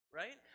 right